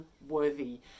unworthy